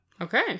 Okay